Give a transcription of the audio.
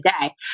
day